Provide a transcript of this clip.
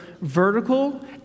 vertical